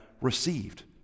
received